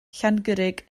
llangurig